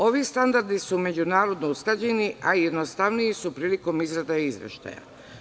Ovi standardi su međunarodno usklađeni, a i jednostavniji su prilikom izrade izveštaja.